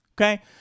Okay